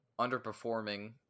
underperforming